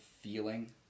feeling